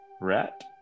rat